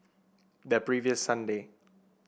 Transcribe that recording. the previous Sunday